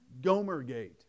Gomergate